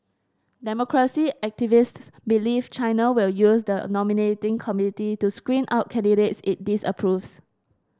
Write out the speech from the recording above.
democracy activists believe China will use the nominating committee to screen out candidates it disapproves